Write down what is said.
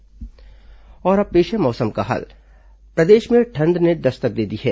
मौसम और अब पेश है मौसम का हाल प्रदेश में ठंड ने दस्तक दे दी है